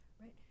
Right